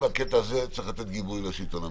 בקטע הזה אני צריך לתת גיבוי לשלטון המקומי,